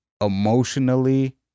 emotionally